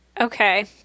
Okay